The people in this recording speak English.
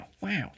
Wow